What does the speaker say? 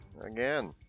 Again